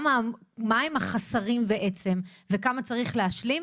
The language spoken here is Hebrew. מה הם החוסרים וכמה צריך להשלים.